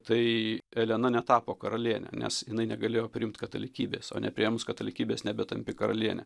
tai elena netapo karaliene nes jinai negalėjo priimt katalikybės o nepriėmus katalikybės nebetampi karaliene